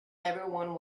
everyone